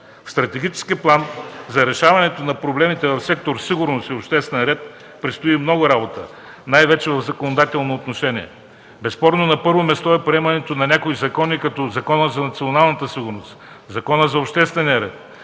В стратегически план за решаването на проблемите в сектор „Сигурност и обществен ред” предстои много работа най-вече в законодателно отношение. Безспорно на първо място е приемането на някои закони, като Закона за националната сигурност, Закона за обществения ред,